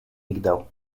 migdał